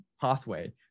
pathway